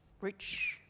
rich